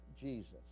Jesus